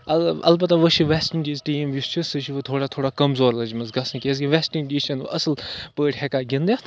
اَل اَلبَتہ وۄنۍ چھِ وٮ۪سٹ اِنڈیٖز ٹیٖم یُس چھُ سُہ چھُ وۄنۍ تھوڑا تھوڑا کَمزور لٔجمٕژ گژھنہِ کیٛازِکہِ وٮ۪سٹ اِنڈیٖز چھَنہٕ اَصٕل پٲٹھۍ ہٮ۪کان گِنٛدِتھ